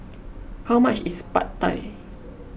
how much is Pad Thai